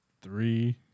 Three